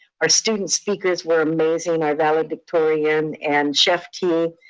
our student speakers were amazing, our valedictorian, and chef t.